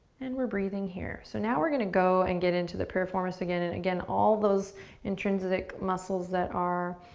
and we're breathing here. so now we're gonna go and get into the piriformis again. and again, all those intrinsic muscles that are